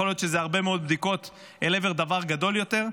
יכול להיות שזה הרבה מאוד בדיקות אל עבר דבר גדול יותר.